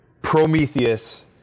Prometheus